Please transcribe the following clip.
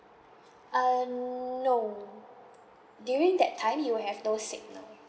uh no during that time you will have no signal